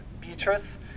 Beatrice